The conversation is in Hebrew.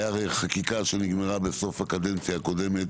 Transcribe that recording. הייתה הרי חקיקה שנגמרה בסוף הקדנציה הקודמת